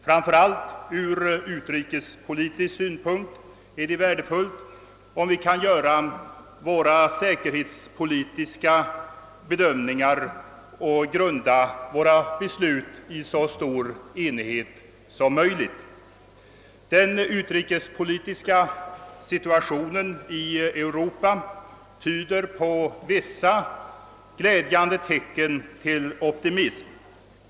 Framför allt från utrikespolitisk synpunkt är det värdefullt, om vi kan göra våra säkerhetspolitiska bedömningar och grunda våra beslut i försvarsfrågan i så stor enighet som möjligt. Den utrikespolitiska situationen i Europa tycks ge anledning till en viss optimism.